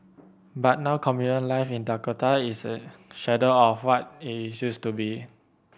but now communal life in Dakota is a shadow of what it used to be